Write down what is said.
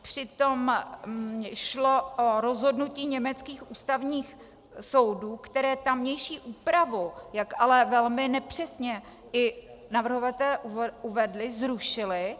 Přitom šlo o rozhodnutí německých ústavních soudů, které tamější úpravu, jak ale velmi nepřesně i navrhovatelé uvedli, zrušili.